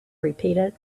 repeated